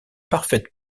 parfaite